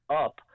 up